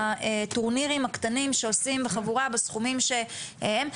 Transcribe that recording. הטורנירים הקטנים שעושים בחבורה בסכומים שהם,